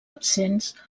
absents